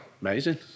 Amazing